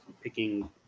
picking